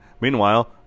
Meanwhile